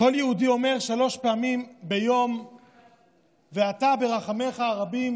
כל יהודי אומר שלוש פעמים ביום: "ואתה ברחמיך הרבים